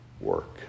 work